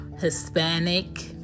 Hispanic